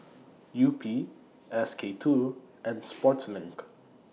Yupi S K two and Sportslink